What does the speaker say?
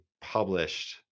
published